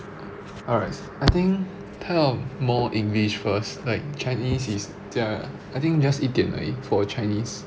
alright I think 他要 more english first like chinese is I think just 一点而已 for chinese